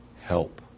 help